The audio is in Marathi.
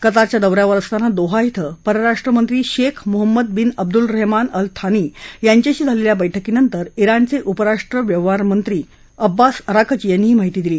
कतारच्या दौ यावर असताना दोहा क्रं परराष्ट्रमंत्री Sheikh Mohammed bin Abdul Rahman Al Thani यांच्याशी झालेल्या बैठकीनंतर राणचे उपपराष्ट्र व्यवहारमंत्री अब्बास अराकची यांनी ही माहिती दिली